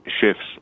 shifts